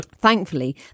Thankfully